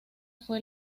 fue